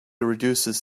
reduces